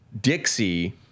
Dixie